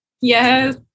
Yes